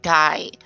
die